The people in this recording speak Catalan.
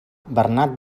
bernat